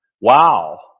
wow